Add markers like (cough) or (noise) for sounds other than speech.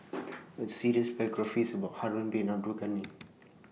(noise) A series biographies about Harun Bin Abdul Ghani (noise)